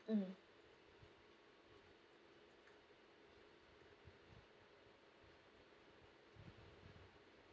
mm